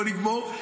בוא נגמור.